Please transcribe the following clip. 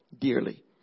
dearly